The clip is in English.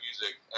music